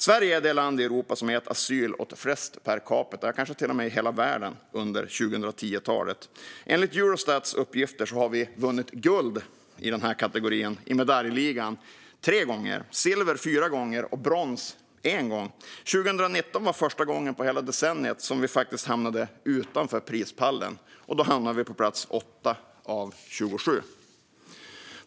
Sverige är det land i Europa, ja, kanske rent av i världen, som under 2010-talet har gett asyl åt flest per capita. Enligt Eurostats uppgifter har vi så att säga vunnit guld i denna medaljliga tre gånger, silver fyra gånger och brons en gång. År 2019 var första gången på ett decennium som vi hamnade utanför prispallen, och då hamnade vi på plats 8 av 27.